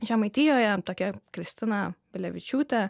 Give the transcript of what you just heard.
žemaitijoje tokia kristina bilevičiūtė